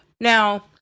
now